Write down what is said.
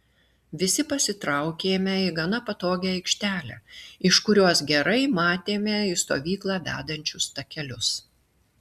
visi pasitraukėme į gana patogią aikštelę iš kurios gerai matėme į stovyklą vedančius takelius